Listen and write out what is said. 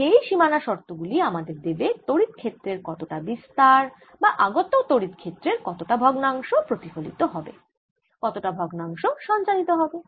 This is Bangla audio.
আর সেই সীমানা শর্ত গুলি আমাদের দেবে তড়িৎ ক্ষেত্রের কতটা বিস্তার বা আগত তড়িৎ ক্ষেত্রের কতটা ভগ্নাংশ প্রতিফলিত হবে কতটা ভগ্নাংশ সঞ্চারিত হবে